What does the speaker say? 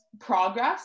progress